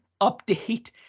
update